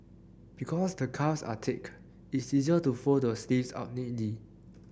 because the cuffs are thick it's easier to fold the sleeves up